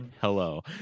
hello